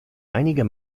einiger